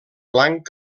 blanc